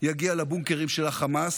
יגיעו לבונקרים של חמאס,